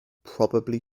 probably